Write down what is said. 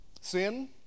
sin